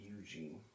Eugene